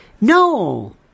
No